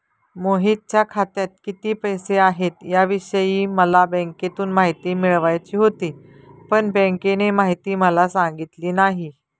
मोहितच्या खात्यात किती पैसे आहेत याविषयी मला बँकेतून माहिती मिळवायची होती, पण बँकेने माहिती मला सांगितली नाही